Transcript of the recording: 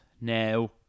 now